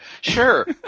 Sure